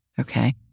Okay